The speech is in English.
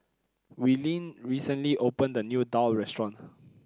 Willene recently opened a new daal restaurant